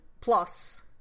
plus